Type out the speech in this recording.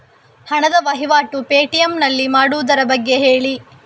ಹಣದ ವಹಿವಾಟು ಪೇ.ಟಿ.ಎಂ ನಲ್ಲಿ ಮಾಡುವುದರ ಬಗ್ಗೆ ಹೇಳಿ